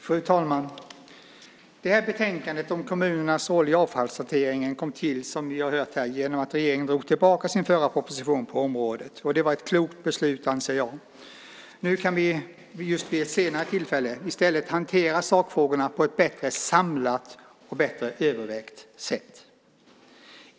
Fru talman! Detta betänkande om kommunernas roll i avfallshanteringen kom till genom att regeringen drog tillbaka sin förra proposition på området. Det var ett klokt beslut, anser jag. Nu kan vi vid ett senare tillfälle i stället hantera sakfrågorna på ett bättre samlat och bättre övervägt sätt.